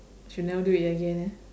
she'll never do it again ya